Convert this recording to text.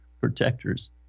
protectors